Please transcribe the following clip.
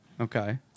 Okay